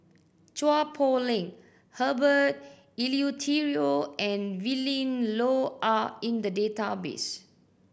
Chua Poh Leng Herbert Eleuterio and Willin Low are in the database